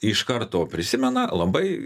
iš karto prisimena labai